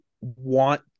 want